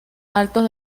altos